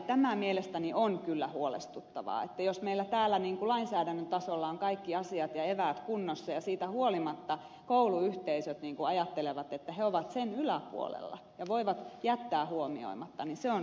tämä mielestäni on kyllä huolestuttavaa että jos meillä täällä lainsäädännön tasolla on kaikki asiat ja eväät kunnossa ja siitä huolimatta kouluyhteisöt ajattelevat että he ovat sen yläpuolella ja voivat jättää huomioimatta niin se on erittäin hankalaa